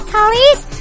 Police